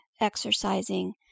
exercising